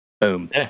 Boom